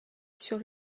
sur